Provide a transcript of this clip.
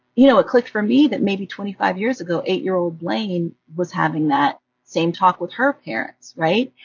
you know, it clicked for me that maybe twenty five years ago eight-year-old blayne was having that same talk with her parents, right?